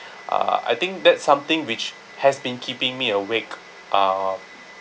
uh I think that something which has been keeping me awake uh